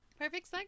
perfect